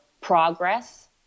progress